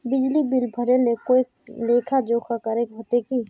बिजली बिल भरे ले कोई लेखा जोखा करे होते की?